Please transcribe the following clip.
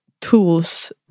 tools